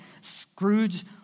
Scrooge-